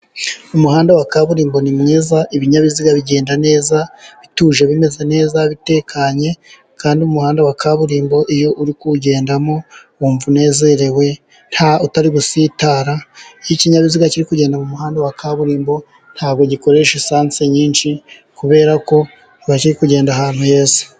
Umuhanda wa kaburimbo ni mwiza, ibinyabiziga bigenda neza bituje bimeze neza bitekanye, kandi umuhanda wa kaburimbo iyo uri kuwugendamo wumva unezerewe utari gusitara, iyo ikinyabiziga kiri kugenda mu muhanda wa kaburimbo ntabwo gikoresha lisanse nyinshi kubera ko kiba kiri kugenda ahantu heza.